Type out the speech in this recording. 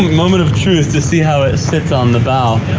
moment of truth to see how it sits on the bow.